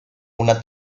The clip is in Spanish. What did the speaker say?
una